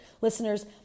listeners